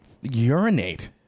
urinate